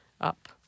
up